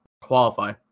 Qualify